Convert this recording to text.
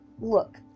Look